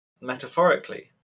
metaphorically